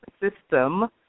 system